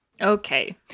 okay